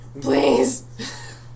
Please